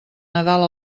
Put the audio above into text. nadal